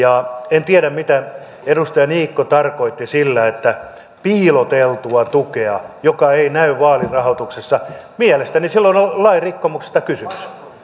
en tiedä mitä edustaja niikko tarkoitti sillä että on piiloteltua tukea joka ei näy vaalirahoituksessa mielestäni silloin on lain rikkomuksesta kysymys